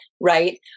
Right